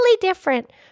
different